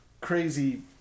crazy